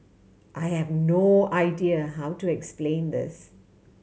I have no idea how to explain this